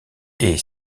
est